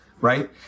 right